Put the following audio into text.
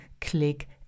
click